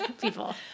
People